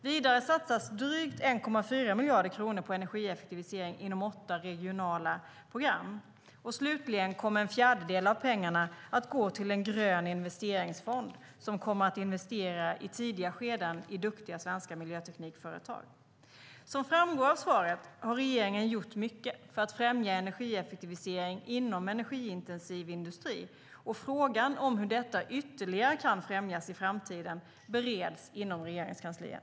Vidare satsas drygt 1,4 miljarder kronor på energieffektivisering inom åtta regionala program. Slutligen kommer en fjärdedel av pengarna att gå till en grön investeringsfond som kommer att investera i tidiga skeden i duktiga svenska miljöteknikföretag. Som framgår av svaret har regeringen gjort mycket för att främja energieffektivisering inom energiintensiv industri, och frågan om hur detta ytterligare kan främjas i framtiden bereds inom Regeringskansliet.